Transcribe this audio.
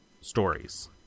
stories